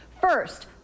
first